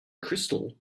crystal